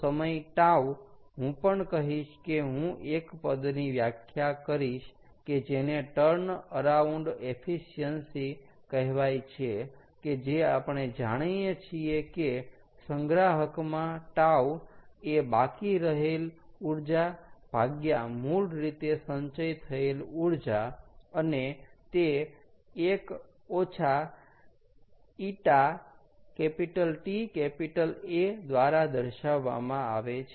તો સમય τ હું પણ કહીશ કે હું એક પદની વ્યાખ્યા કરીશ કે જેને ટર્ન અરાઉંડ એફિસિયન્સિ કહેવાય છે કે જે આપણે જાણીએ છીએ કે સંગ્રાહક માં ટાઉ τ એ બાકી રહેલ ઊર્જા ભાગ્યા મૂળ રીતે સંચય થયેલ ઊર્જા અને તે 1 ƞTA દ્વારા દર્શાવવામાં આવે છે